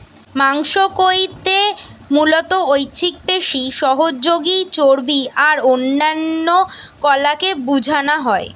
মাংস কইতে মুলত ঐছিক পেশি, সহযোগী চর্বী আর অন্যান্য কলাকে বুঝানা হয়